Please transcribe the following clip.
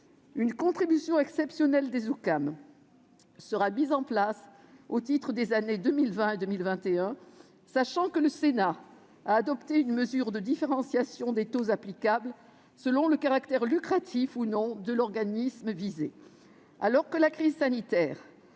d'assurance maladie (OCAM) sera mise en place au titre des années 2020 et 2021, sachant que le Sénat a adopté une mesure de différenciation des taux applicables selon le caractère lucratif ou non de l'organisme visé. Alors que la crise sanitaire